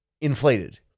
inflated